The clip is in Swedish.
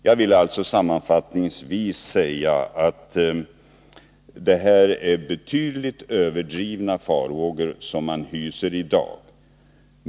Jag vill alltså sammanfattningsvis säga att det är betydligt överdrivna farhågor som man hyser i dag.